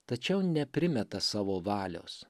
tačiau neprimeta savo valios